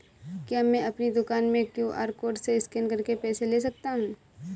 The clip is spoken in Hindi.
क्या मैं अपनी दुकान में क्यू.आर कोड से स्कैन करके पैसे ले सकता हूँ?